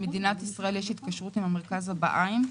למדינת ישראל יש התקשרות עם מרכז הבהאיים.